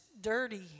dirty